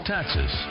Taxes